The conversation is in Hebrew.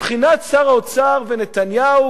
מבחינת שר האוצר ונתניהו,